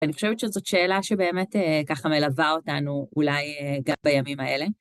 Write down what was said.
אני חושבת שזאת שאלה שבאמת ככה מלווה אותנו אולי גם בימים האלה.